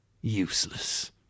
Useless